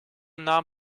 naam